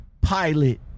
pilot